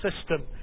system